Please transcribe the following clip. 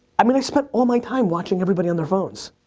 i mean i spent all my time watching everybody on their phones.